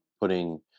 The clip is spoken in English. Putting